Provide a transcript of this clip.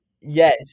Yes